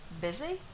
busy